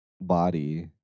body